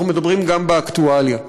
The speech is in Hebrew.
אנחנו מדברים גם באקטואליה.